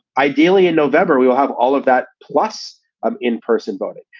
ideally in november, we will have all of that plus um in-person voting.